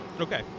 Okay